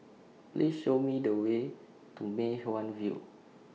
Please Show Me The Way to Mei Hwan View